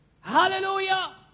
Hallelujah